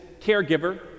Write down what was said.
caregiver